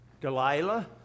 Delilah